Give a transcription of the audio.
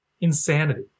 Insanity